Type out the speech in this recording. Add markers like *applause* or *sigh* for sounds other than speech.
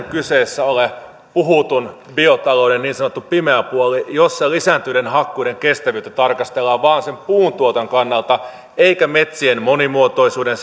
*unintelligible* kyseessä ole puhutun biotalouden niin sanottu pimeä puoli jossa lisääntyneiden hakkuiden kestävyyttä tarkastellaan vain puuntuoton kannalta eikä metsien monimuotoisuuden *unintelligible*